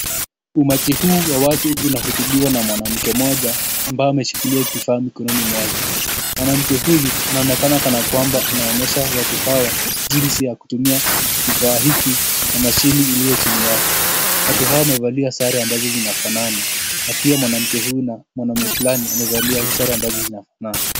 Umati huu wa watu unahutubiwa na mwanamke moja, ambaye ameshikilia kifaa mkononi mweke. Mwanamke huyu anaonekana kana kwamba anaonyesha watu hawa jinsi ya kutumia kifaa hiki na mashini iliyo chini yake. Watu hawa wamevalia sera ambazo zina fanana, na pia mwanamke huyu na mwanaume fulani wamevalia sare ambazo zinafanana.